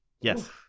Yes